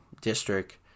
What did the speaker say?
district